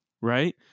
right